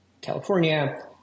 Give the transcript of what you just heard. California